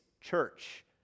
church